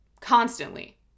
Constantly